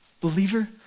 believer